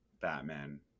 Batman